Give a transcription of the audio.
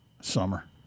Summer